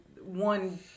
one